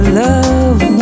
love